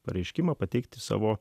pareiškimą pateikti savo